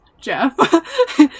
Jeff